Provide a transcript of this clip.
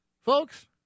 Folks